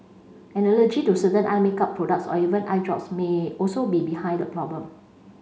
an allergy to certain eye makeup products or even eye drops may also be behind the problem